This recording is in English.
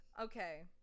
Okay